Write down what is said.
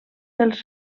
dels